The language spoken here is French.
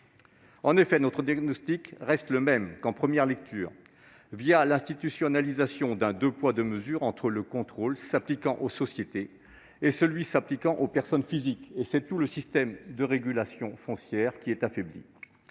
En effet, notre diagnostic reste le même qu'en première lecture : l'institutionnalisation d'un système de deux poids deux mesures entre le contrôle s'appliquant aux sociétés et celui des personnes physiques, c'est tout le système de régulation foncière qui est affaibli.